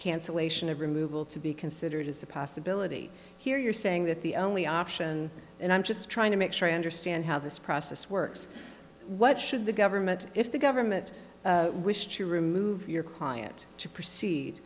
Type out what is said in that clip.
cancellation of removal to be considered as a possibility here you're saying that the only option and i'm just trying to make sure i understand how this process works what should the government if the government wish to remove your client to proceed